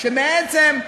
שבעצם,